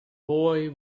boy